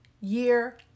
year